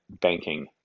banking